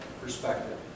perspective